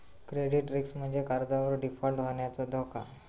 credit risk म्हणजे कर्जावर default होण्याचो धोका